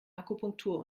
akupunktur